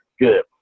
good